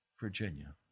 Virginia